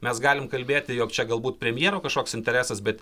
mes galim kalbėti jog čia galbūt premjero kažkoks interesas bet